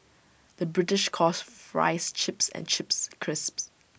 the British calls Fries Chips and Chips Crisps